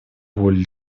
волю